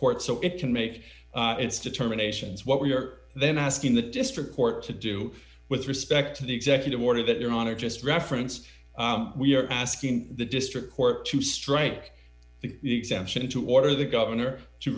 court so it can make its determinations what we are then asking the district court to do with respect to the executive order that your honor just referenced we are asking the district court to strike the exemption to order the governor to